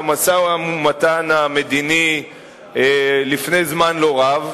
את המשא-ומתן המדיני לפני זמן לא רב,